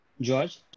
George